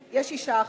יש אשה אחת,